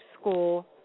school